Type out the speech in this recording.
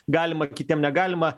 galima kitiem negalima